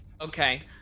Okay